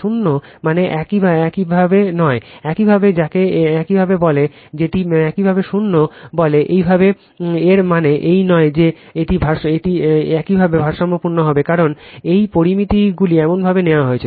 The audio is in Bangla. শূন্য মানে একইভাবে নয় একইভাবে যাকে একইভাবে বলে যেটিকে একইভাবে শূন্য বলে একইভাবে এর মানে এই নয় যে একইভাবে ভারসাম্যপূর্ণ হবে কারণ এই পরামিতিগুলি এমনভাবে নেওয়া হয়েছে